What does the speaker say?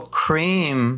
cream